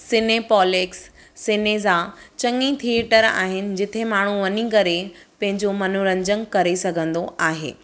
Cinepolis सिनेज़ा चङई theatre आहिनि जिथे माण्हू वञी करे पंहिंजो मनोरंजन करे सघंदो आहे